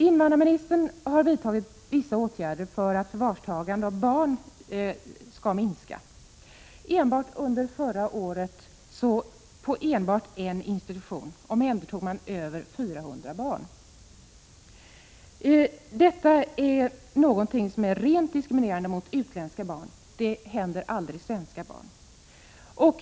Invandrarministern har vidtagit vissa åtgärder för att förvarstagandet av barn skall minska. Enbart under förra året omhändertog man över 400 barn enbart på en institution. Detta är rent diskriminerande mot utländska barn — det händer aldrig svenska barn.